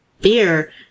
beer